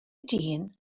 dyn